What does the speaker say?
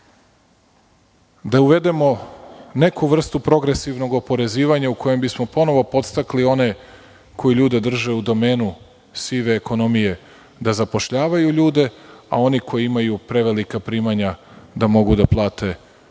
da uvedemo neku vrstu progresivnog oporezivanja u kojem bismo ponovo podstakli one koji ljude drže u domenu sive ekonomije da zapošljavaju ljude, a oni koji imaju prevelika primanja da mogu da plate veći